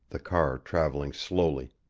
the car traveling slowly.